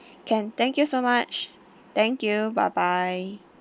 can thank you so much thank you bye bye